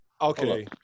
Okay